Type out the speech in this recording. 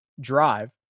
drive